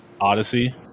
Odyssey